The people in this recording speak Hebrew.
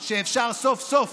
שאפשר סוף-סוף